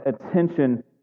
attention